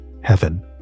heaven